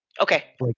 Okay